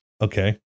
Okay